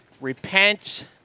Repent